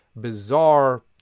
bizarre